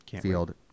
Field